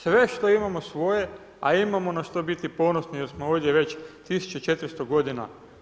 Sve što imamo svoje, a imamo na što biti ponosni jer smo ovdje već 1400 godina.